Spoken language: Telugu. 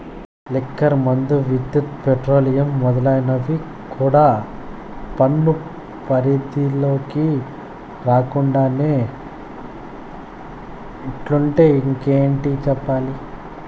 లిక్కర్ మందు, విద్యుత్, పెట్రోలియం మొదలైనవి కూడా పన్ను పరిధిలోకి రాకుండానే ఇట్టుంటే ఇంకేటి చెప్పాలి